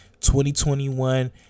2021